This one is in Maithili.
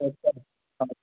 अच्छा अच्छा